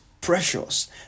precious